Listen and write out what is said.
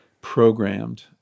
programmed